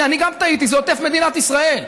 הינה, אני גם טעיתי: זה עוטף מדינת ישראל.